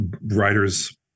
writers